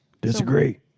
Disagree